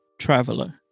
traveler